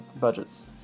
budgets